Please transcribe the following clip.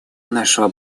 нашего